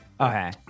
Okay